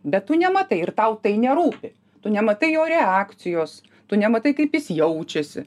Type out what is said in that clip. bet tu nematai ir tau tai nerūpi tu nematai jo reakcijos tu nematai kaip jis jaučiasi